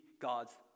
God's